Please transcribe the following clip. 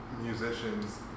musicians